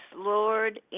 Lord